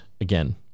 again